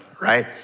right